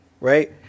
right